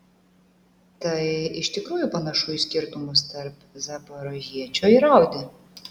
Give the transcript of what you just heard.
tai iš tikrųjų panašu į skirtumus tarp zaporožiečio ir audi